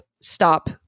stop